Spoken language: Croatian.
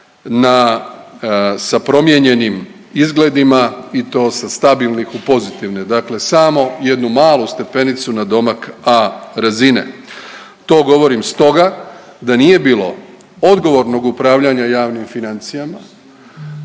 sa promijenjenim izgledima i to sa stabilnih u pozitivne, dakle samo jednu malu stepenicu na domak A razine. To govorim stoga da nije bilo odgovornog upravljanja javnim financijama